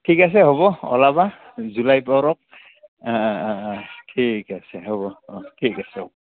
ঠিক আছে হ'ব ওলাবা জুলাই পৰক ঠিক আছে হ'ব অঁ ঠিক আছে হ'ব